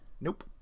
Nope